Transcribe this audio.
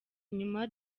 inyuma